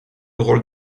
rôle